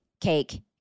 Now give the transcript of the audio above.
cake